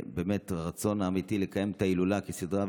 והרצון האמיתי לקיים את ההילולה כסדרה,